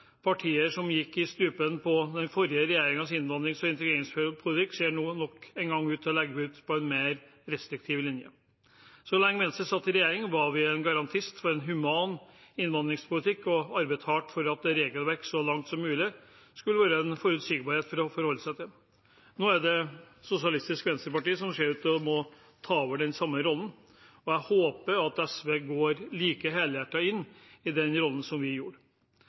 Partier som gikk i strupen på den forrige regjeringens innvandrings- og integreringspolitikk, ser nå nok en gang ut til å legge seg på en mer restriktiv linje. Så lenge Venstre satt i regjering, var vi en garantist for en human innvandringspolitikk og arbeidet hardt for at regelverket så langt som mulig skulle være forutsigbart for alle å forholde seg til. Nå er det Sosialistisk Venstreparti som ser ut til å måtte ta over den samme rollen, og jeg håper at de går like helhjertet inn i den rollen som vi gjorde,